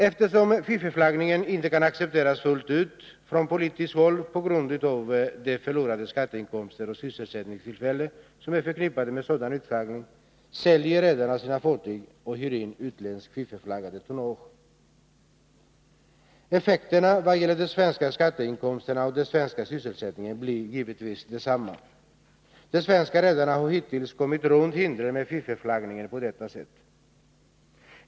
Eftersom fiffelflaggningen inte kan accepteras fullt ut från politiskt håll, på grund av de förlorade skatteinkomster och sysselsättningstillfällen som är förknippade med sådan utflaggning, säljer redarna sina fartyg och hyr in utländskt fiffelflaggat tonnage. Effekterna i vad gäller de svenska skatteinkomsterna och den svenska sysselsättningen blir givetvis desamma. De svenska redarna har hittills kommit runt hindren med fiffelflaggning på detta sätt.